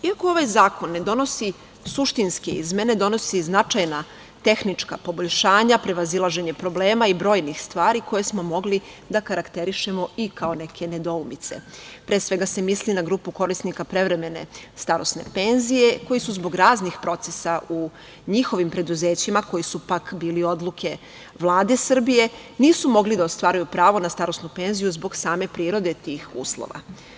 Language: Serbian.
Iako ovaj zakon ne donosi suštinske izmene, donosi značajna tehnička poboljšanja, prevazilaženje problema i brojnih stvari koje bismo mogli da karakterišemo kao neke nedoumice, a tu se pre svega misli na grupu korisnika prevremene starosne penzije, koji su zbog raznih procesa u njihovim preduzećima, a koje su ipak bile odluke Vlade Srbije, nisu mogli da ostvaruju pravo na starosnu penziju zbog same prirode tih uslova.